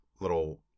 little